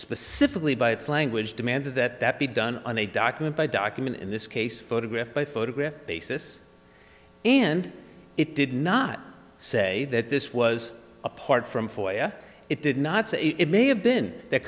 specifically by its language demanded that that be done on a document by document in this case photograph by photograph basis and it did not say that this was apart from foyer it did not say it may have been th